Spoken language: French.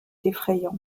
effrayant